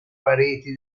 pareti